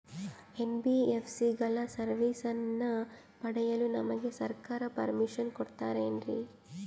NBSC ಗಳ ಸರ್ವಿಸನ್ನ ಪಡಿಯಲು ನಮಗೆ ಸರ್ಕಾರ ಪರ್ಮಿಷನ್ ಕೊಡ್ತಾತೇನ್ರೀ?